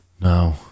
No